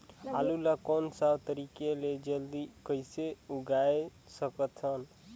आलू ला कोन सा तरीका ले जल्दी कइसे उगाय सकथन?